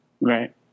Right